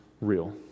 real